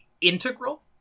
integral